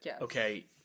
okay